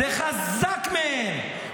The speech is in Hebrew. זה חזק מהם.